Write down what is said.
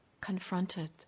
confronted